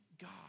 God